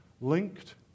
linked